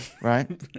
right